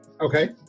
okay